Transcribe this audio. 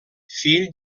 fill